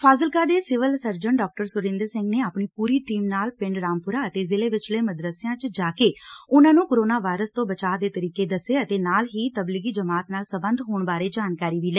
ਫਾਜ਼ਿਲਕਾ ਦੇ civil surgeon ਡਾ ਸੁਰਿੰਦਰ ਸਿੰਘ ਨੇ ਆਪਣੀ ਪੂਰੀ ਟੀਮ ਨਾਲ ਪਿੰਡ ਰਾਮਪੁਰਾ ਅਤੇ ਜ਼ਿਲ੍ਹੇ ਵਿਚਲੇ ਮਦੱਰਸਿਆ ਚ ਜਾ ਕੇ ਉਨ੍ਹਾਂ ਨੂੰ ਕੋਰੋਨਾ ਵਾਇਰਸ ਤੋਂ ਬਚਾਅ ਦੇ ਤਰੀਕੇ ਦਸੇ ਅਤੇ ਨਾਲ ਹੀ ਤਬਲੀਗੀ ਜਮਾਤ ਨਾਲ ਸਬੰਧ ਹੋਣ ਬਾਰੇ ਜਾਣਕਾਰੀ ਵੀ ਲਈ